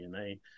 DNA